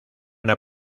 una